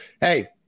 hey